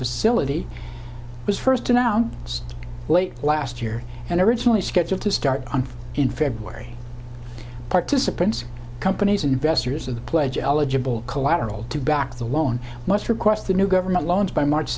facility was first announced late last year and originally scheduled to start on in february participants companies and investors of the pledge eligible collateral to back the loan must request the new government loans by march